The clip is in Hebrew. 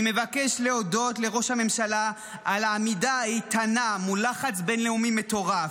אני מבקש להודות לראש הממשלה על העמידה האיתנה מול לחץ בין-לאומי מטורף,